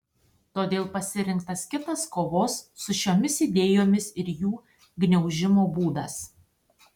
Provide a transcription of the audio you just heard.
todėl pasirinktas kitas kovos su šiomis idėjomis ir jų gniaužimo būdas